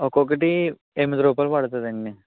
ఒక్కొక్కటి ఎనిమిది రూపాయలు పడుతుంది అండి